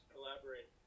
Collaborate